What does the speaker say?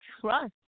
trust